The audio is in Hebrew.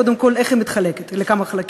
קודם כול, איך היא מתחלקת ולכמה חלקים.